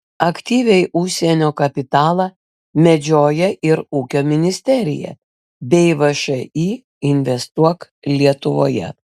aktyviai užsienio kapitalą medžioja ir ūkio ministerija bei všį investuok lietuvoje